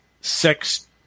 sex